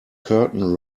curtain